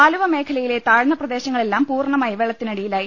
ആലുവ മേഖലയിലെ താഴ്ന്ന പ്രദേശങ്ങളെല്ലാം പൂർണ്ണ മായി വെള്ളത്തിനടിയിലായി